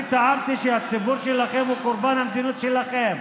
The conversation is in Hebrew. אני טענתי שהציבור שלכם הוא קורבן המדיניות שלכם.